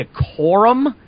decorum